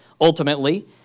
ultimately